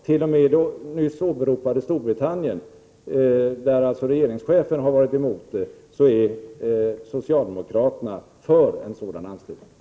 T.o.m. i det nyss åberopade Storbritannien, där regeringschefen har varit emot detta, är socialdemokraterna för en sådan anslutning.